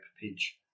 page